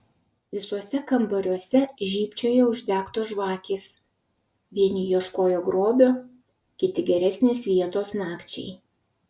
visuose kambariuose žybčiojo uždegtos žvakės vieni ieškojo grobio kiti geresnės vietos nakčiai